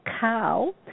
Cow